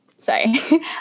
Sorry